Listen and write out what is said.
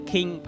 King